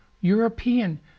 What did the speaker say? European